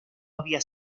había